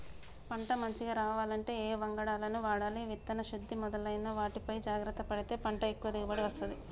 పంట మంచిగ రావాలంటే ఏ వంగడాలను వాడాలి విత్తన శుద్ధి మొదలైన వాటిపై జాగ్రత్త పడితే పంట ఎక్కువ దిగుబడి వస్తది